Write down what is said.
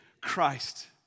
Christ